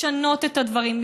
לשנות את הדברים,